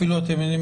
אפילו אתם יודעים,